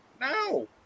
No